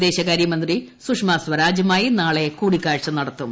വിദേശകാരൃമന്ത്രി സുഷമാ സ്വരാജുമായി നാളെ കൂടിക്കാഴ്ച നടത്തും